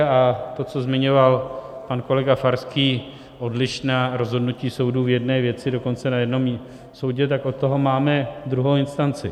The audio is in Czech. A to, co zmiňoval pak kolega Farský, odlišná rozhodnutí soudu v jedné věci dokonce na jednom soudě, tak od toho máme druhou instanci.